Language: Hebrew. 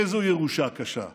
איזו ירושה קשה,